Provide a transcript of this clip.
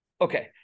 Okay